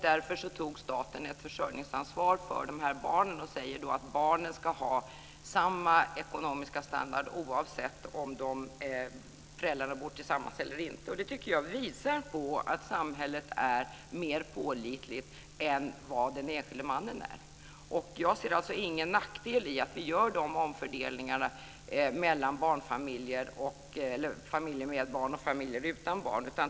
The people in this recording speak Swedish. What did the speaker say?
Därför tog staten ett försörjningsansvar för de här barnen och sade att barnen ska ha samma ekonomiska standard oavsett om föräldrarna bor tillsammans eller inte. Det tycker jag visar att samhället är mer pålitligt än vad den enskilde mannen är. Jag ser alltså ingen nackdel med att vi gör dessa omfördelningar mellan barnfamiljer och familjer utan barn.